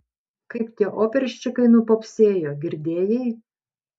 kaip tie operščikai nupopsėjo girdėjai